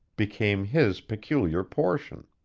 became his peculiar portion.